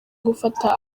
gufata